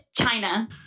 China